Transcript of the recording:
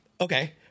Okay